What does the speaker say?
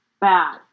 bad